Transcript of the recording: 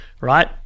right